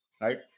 right